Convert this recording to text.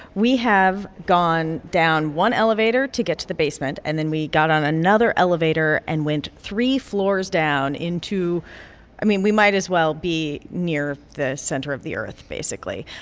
we have gone down one elevator to get to the basement, and then we got on another elevator and went three floors down into i mean, we might as well be near the center of the earth, basically.